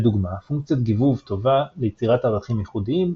לדוגמה פונקציית גיבוב טובה ליצירת ערכים ייחודיים,